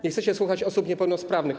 Nie chcecie słuchać osób niepełnosprawnych.